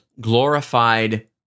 glorified